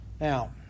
Now